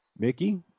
Mickey